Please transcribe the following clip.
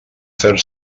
fer